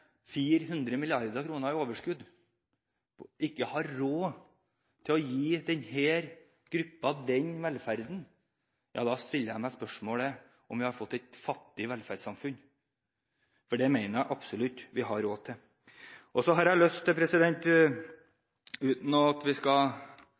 400 mrd. kr i overskudd – ikke har råd til å gi denne gruppen denne velferden, stiller jeg meg spørsmålet om vi har fått et fattig velferdssamfunn. Det mener jeg absolutt at vi har råd til. Så har jeg lyst til